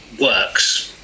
works